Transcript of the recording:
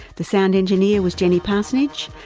the sound engineer was jenny parsonage,